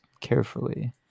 carefully